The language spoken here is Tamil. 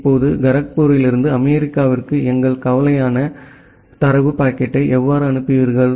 இப்போது கரக்பூரிலிருந்து அமெரிக்காவிற்கு எங்கள் கவலையான தரவு பாக்கெட்டை எவ்வாறு அனுப்புவீர்கள்